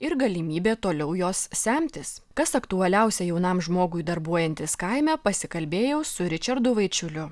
ir galimybė toliau jos semtis kas aktualiausia jaunam žmogui darbuojantis kaime pasikalbėjau su ričardu vaičiuliu